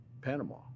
Panama